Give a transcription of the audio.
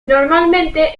normalmente